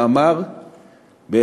לפני כחודשיים,